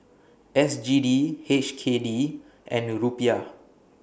S G D H K D and Rupiah